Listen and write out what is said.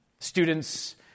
Students